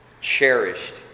cherished